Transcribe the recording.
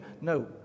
No